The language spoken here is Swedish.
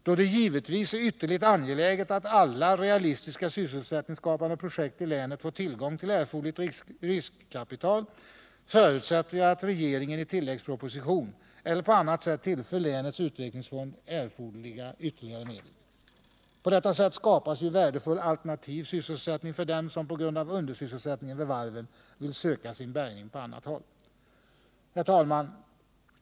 Då det givetvis är ytterligt angeläget, att alla realistiska sysselsättningsskapande projekt i länet får tillgång till erforderligt riskkapital, förutsätter jag att regeringen i tilläggsproposition eller på annat sätt tillför länets utvecklingsfond erforderliga ytterligare medel. På detta sätt skapas ju värdefull alternativ sysselsättning för dem som på grund av undersysselsättningen vid varven vill söka sin bärgning på annat håll. Herr talman!